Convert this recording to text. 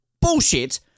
bullshit